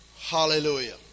Hallelujah